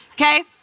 okay